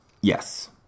Yes